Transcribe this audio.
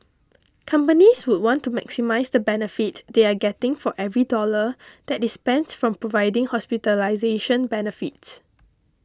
companies would want to maximise the benefit they are getting for every dollar that is spent from providing hospitalisation benefit